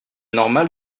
normal